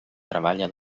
treballa